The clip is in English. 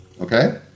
Okay